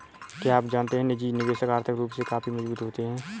क्या आप जानते है निजी निवेशक आर्थिक रूप से काफी मजबूत होते है?